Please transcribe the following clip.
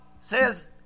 says